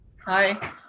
Hi